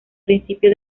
principio